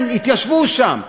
כן, התיישבו שם.